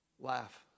Laugh